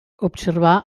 observar